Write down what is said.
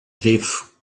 drift